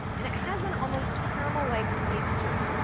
and it has an almost caramel-like taste to it.